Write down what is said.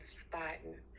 spotting